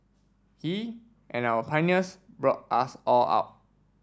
he and our pioneers brought us all up